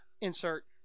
insert